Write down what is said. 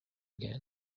again